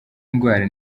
ndwara